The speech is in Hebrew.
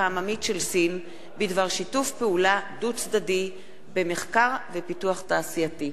העממית של סין בדבר שיתוף פעולה דו-צדדי במחקר ופיתוח תעשייתי.